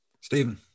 Stephen